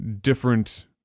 different